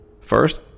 First